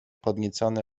podniecony